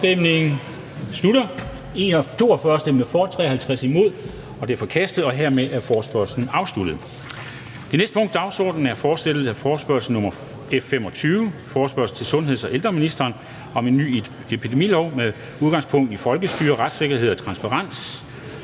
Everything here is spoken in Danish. Forslag til vedtagelse nr. V 23 er forkastet. Hermed er forespørgslen afsluttet. --- Det næste punkt på dagsordenen er: 2) Fortsættelse af forespørgsel nr. F 25 [afstemning]: Forespørgsel til sundheds- og ældreministeren om en ny epidemilov med udgangspunkt i folkestyre, retssikkerhed og transparens.